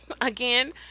again